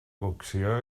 cocció